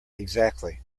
exactly